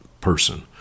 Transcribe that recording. person